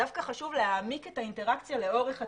דווקא חשוב להעמיק את האינטראקציה לאורך התהליך.